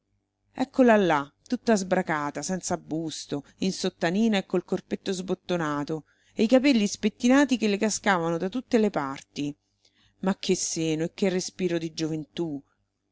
eccola là tutta sbracata senza busto in sottanina e col corpetto sbottonato e i capelli spettinati che le cascavano da tutte le parti ma che seno e che respiro di gioventù